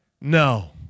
no